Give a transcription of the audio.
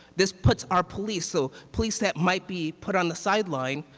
this puts our police, so police that might be put on the sideline,